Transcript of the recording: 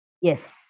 Yes